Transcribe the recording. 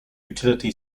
utility